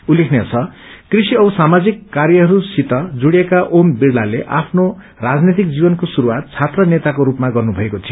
उल्लेखनीय छ कृषि औ सामाणिक कार्यहरुसित जुडिएका ओम बिइताले आफ्नो राजनैतिक जीवनको श्रुरुवात छात्र नेताको रूपमा गर्नुभएको थियो